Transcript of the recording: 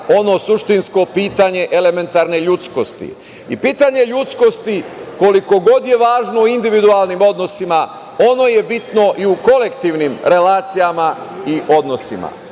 ono suštinsko pitanje elementarne ljudskosti i pitanje ljudskosti koliko god je važno u individualnim odnosima, ono je bitno i u kolektivnim relacijama i odnosima.